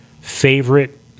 favorite